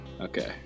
okay